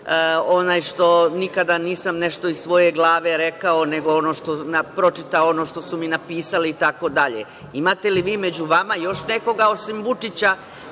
onaj što nikada nisam nešto iz svoje glave rekao, nego pročitao ono što mi napisali itd? Imate li vi među vama još nekoga osim Vučića